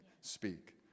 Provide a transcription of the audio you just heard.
speak